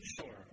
Sure